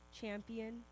champion